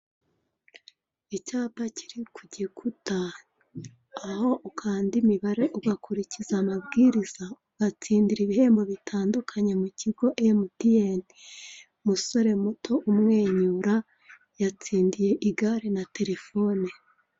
Icyapa kiri ku gikuta, aho ukanda imibare ugakurikiza amabwiriza ugatsindira ibihembo bitandukanye mukigo MTN. Umusore muto umwenyura yatsindiye igare na telefone.